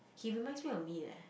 he reminds me of me leh